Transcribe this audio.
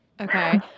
Okay